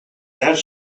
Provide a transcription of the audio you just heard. behar